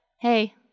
hey